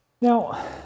Now